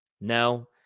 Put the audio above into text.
No